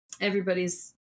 everybody's